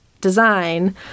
design